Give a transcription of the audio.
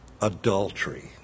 adultery